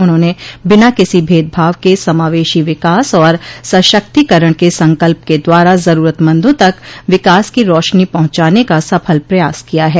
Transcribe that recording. उन्होंने बिना किसी भेद भाव के समावेशी विकास और सशक्तिकरण के संकल्प के द्वारा जरूरतमंदों तक विकास की रौशनी पहुंचाने का सफल प्रयास किया है